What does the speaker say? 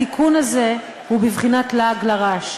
התיקון הזה הוא בבחינת לעג לרש.